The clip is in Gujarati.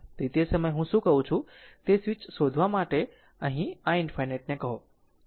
તેથી તે સમયે હું શું કહું છું તે શોધવા માટે પણ વહેંચો i ∞ કહો